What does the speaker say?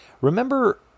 Remember